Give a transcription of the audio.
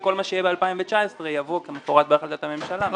וכל מה שיהיה ב-2019 יבוא כמפורט בהחלטת הממשלה.